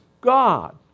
God